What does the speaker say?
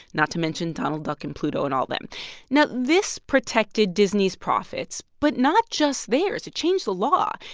not to mention donald duck and pluto and all them now, this protected disney's profits but not just theirs. it changed the law.